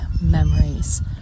memories